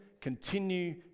continue